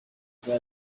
rwa